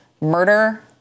murder